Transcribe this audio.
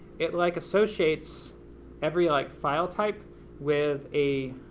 it like associates every like file type with a